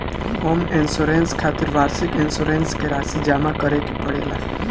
home insurance खातिर वार्षिक insurance के राशि जामा करे के पड़ेला